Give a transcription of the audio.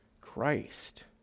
Christ